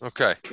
Okay